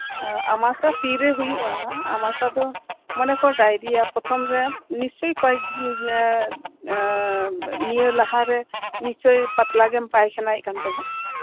ᱟᱢᱟᱥᱟ ᱛᱤᱨᱮ ᱦᱩᱭᱩᱜᱼᱟ ᱫᱚ ᱢᱚᱱᱮ ᱠᱚᱨ ᱰᱟᱭᱨᱤᱭᱟ ᱯᱨᱚᱛᱷᱚᱢ ᱨᱮ ᱠᱚᱭᱮᱠᱴᱤ ᱢᱟᱱᱮ ᱤᱭᱟᱹ ᱞᱟᱦᱟᱨᱮ ᱱᱤᱥᱪᱚᱭ ᱞᱟᱦᱟᱨᱮ ᱯᱟᱛᱞᱟ ᱜᱮᱢ ᱯᱟᱭᱠᱷᱟᱱᱟᱭᱮᱜ ᱛᱟᱸᱦᱮᱱ